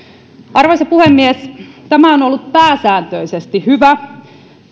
arvoisa puhemies tämä on on ollut pääsääntöisesti hyvä